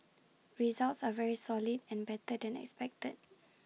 results are very solid and better than expected